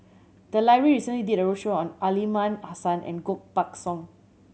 the library recently did a roadshow on Aliman Hassan and Koh Buck Song